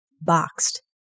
Boxed